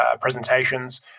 presentations